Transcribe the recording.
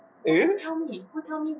eh